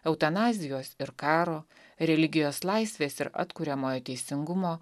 eutanazijos ir karo religijos laisvės ir atkuriamojo teisingumo